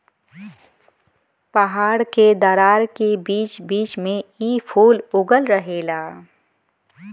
पहाड़ के दरार के बीच बीच में इ फूल उगल रहेला